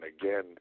again